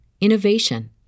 innovation